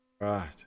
Right